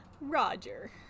Roger